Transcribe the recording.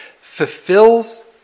fulfills